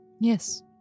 Yes